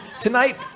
tonight